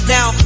Now